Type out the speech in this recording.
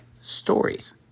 stories